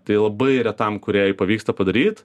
tai labai retam kūrėjui pavyksta padaryt